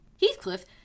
Heathcliff